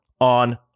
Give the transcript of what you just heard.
on